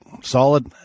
Solid